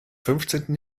fünfzehnten